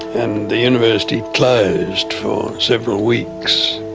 and the university closed for several weeks.